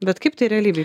bet kaip tai realybėj